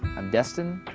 i'm destin,